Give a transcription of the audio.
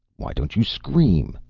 why don't you scream?